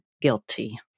guilty